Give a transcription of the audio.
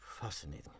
Fascinating